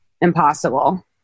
impossible